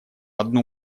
одну